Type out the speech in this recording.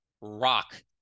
rock